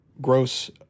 gross